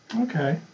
Okay